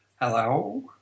Hello